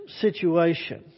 situation